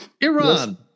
Iran